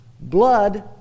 blood